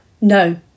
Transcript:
No